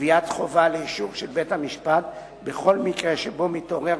וקביעת חובה לאישור של בית-המשפט בכל מקרה שמתעורר